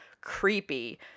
creepy